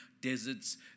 deserts